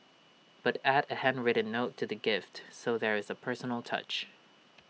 but add A handwritten note to the gift so there is A personal touch